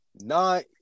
nine